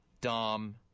Dom